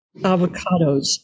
avocados